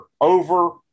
over